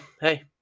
Hey